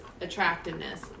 attractiveness